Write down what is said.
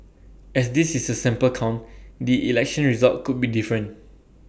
as this is A sample count the election result could be different